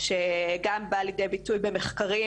שגם באה לידי ביטוי במחקרים,